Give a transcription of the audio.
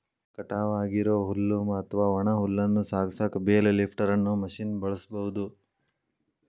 ಕಟಾವ್ ಆಗಿರೋ ಹುಲ್ಲು ಅತ್ವಾ ಒಣ ಹುಲ್ಲನ್ನ ಸಾಗಸಾಕ ಬೇಲ್ ಲಿಫ್ಟರ್ ಅನ್ನೋ ಮಷೇನ್ ಬಳಸ್ಬಹುದು